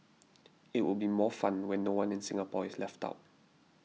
it will be more fun when no one in Singapore is left out